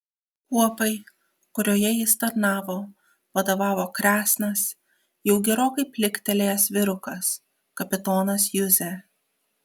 kuopai kurioje jis tarnavo vadovavo kresnas jau gerokai pliktelėjęs vyrukas kapitonas juzė